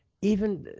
even